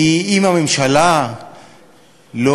כי אם הממשלה לא